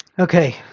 Okay